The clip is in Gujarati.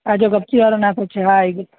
હા જો કપચીવાળો નાખે જ છે હા આવી ગઈ